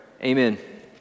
amen